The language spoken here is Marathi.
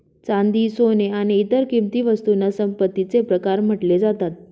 चांदी, सोन आणि इतर किंमती वस्तूंना संपत्तीचे प्रकार म्हटले जातात